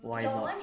why not